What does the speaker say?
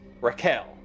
Raquel